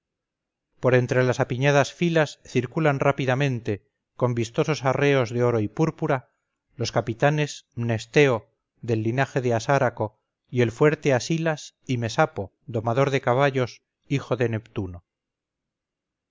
por entre las apiñadas filas circulan rápidamente con vistosos arreos de oro y púrpura los capitanes mnesteo del linaje de asáraco y el fuerte asilas y mesapo domador de caballos hijo de neptuno luego